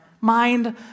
mind